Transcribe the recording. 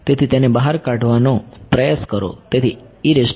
તેથી તેને બહાર કાઢવાનો પ્રયાસ કરો